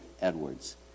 Edwards